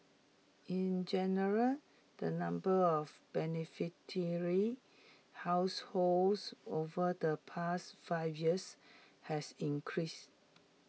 in general the number of beneficiary households over the past five years has increased